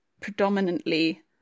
predominantly